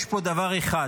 יש פה דבר אחד.